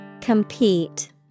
Compete